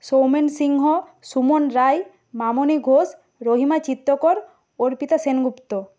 Soumen Singha Suman Roy Mamoni Ghosh Rahima Chitrakar Arpita Sengupta